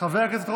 חבר הכנסת רוטמן.